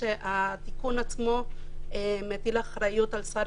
כאשר התיקון עצמו מטיל אחריות על שר